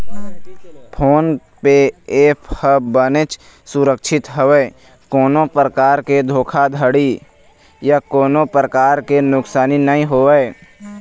phone पे app ह बनेच सुरक्छित हवय कोनो परकार के धोखाघड़ी या कोनो परकार के नुकसानी नइ होवय